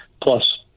plus